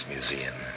Museum